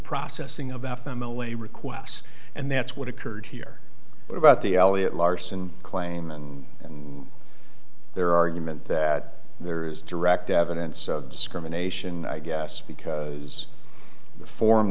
processing about family requests and that's what occurred here what about the elliot larson klayman and their argument that there is direct evidence of discrimination i guess because the for